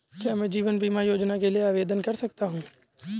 क्या मैं जीवन बीमा योजना के लिए आवेदन कर सकता हूँ?